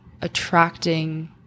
attracting